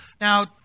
Now